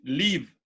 leave